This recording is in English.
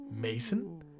Mason